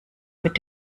mit